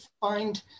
find